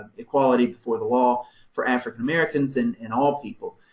equality before the law for african-americans and and all people,